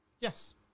Yes